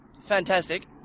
fantastic